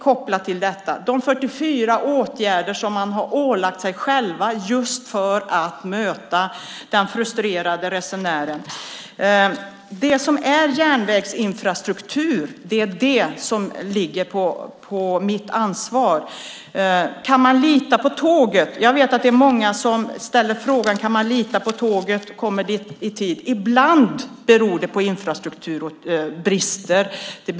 Kopplade till detta är de 44 åtgärder som man har ålagt sig själv för att möta den frustrerade resenären. Det som är järnvägsinfrastruktur ligger på mitt ansvar. Kan man lita på tåget? Jag vet att det är många som ställer sig den frågan. Kommer tåget i tid? Ibland beror det på brister i infrastrukturen.